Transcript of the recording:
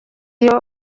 iyo